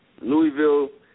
Louisville